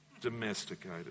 Domesticated